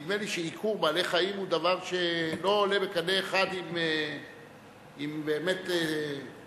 נדמה לי שעיקור בעלי-חיים הוא דבר שלא עולה בקנה אחד עם באמת דאגה,